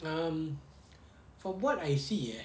um from what I see eh